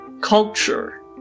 Culture